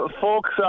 Folks